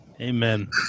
Amen